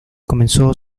comenzó